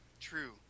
true